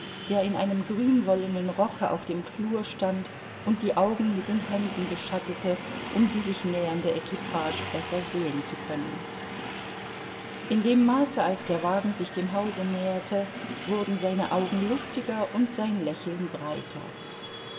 der in einem grünwollenen rocke auf dem flur stand und die augen mit den händen beschattete um die sich nähernde equipage besser sehen zu können in dem maße als der wagen sich dem hause näherte wurden seine augen lustiger und sein lächeln breiter